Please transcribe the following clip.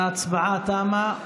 ההצבעה תמה.